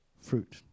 fruit